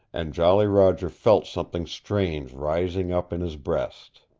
and jolly roger felt something strange rising up in his breast.